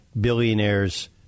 billionaires